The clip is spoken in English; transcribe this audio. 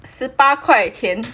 十八块钱